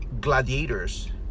gladiators